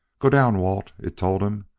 go down, walt, it told him.